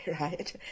right